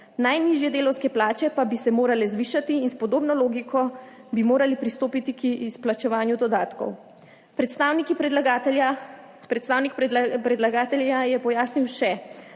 Najnižje delavske plače pa bi se morale zvišati in s podobno logiko bi morali pristopiti k izplačevanju dodatkov. Predstavnik predlagatelja je še pojasnil,